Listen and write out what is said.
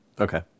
Okay